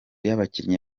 y’abakinnyi